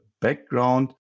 background